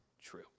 True